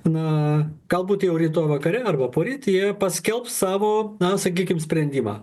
na galbūt jau rytoj vakare arba poryt jie paskelbs savo na sakykim sprendimą